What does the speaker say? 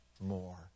more